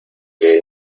que